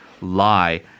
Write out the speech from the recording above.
lie